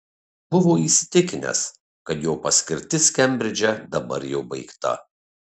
buvo įsitikinęs kad jo paskirtis kembridže dabar jau baigta